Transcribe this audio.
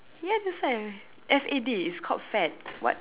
ya that's why F_A_D it's called fad what